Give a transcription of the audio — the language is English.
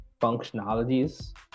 functionalities